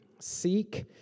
Seek